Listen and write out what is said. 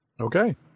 Okay